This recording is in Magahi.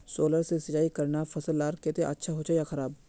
सोलर से सिंचाई करना फसल लार केते अच्छा होचे या खराब?